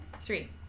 Three